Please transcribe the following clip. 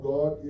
God